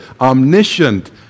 omniscient